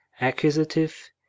Accusative